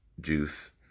juice